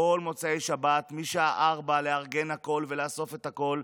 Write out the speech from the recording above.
כל מוצאי שבת מהשעה 16:00 לארגן הכול ולאסוף את הכול,